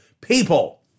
people